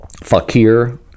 fakir